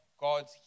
God's